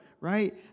right